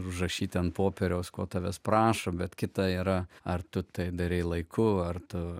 užrašyti ant popieriaus ko tavęs prašo bet kita yra ar tu tai darei laiku ar tu